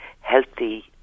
healthy